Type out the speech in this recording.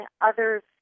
others